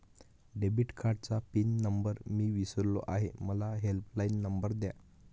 debit कार्डचा pin number मी विसरलो आहे मला हेल्पलाइन नंबर द्या